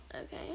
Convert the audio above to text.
okay